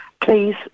please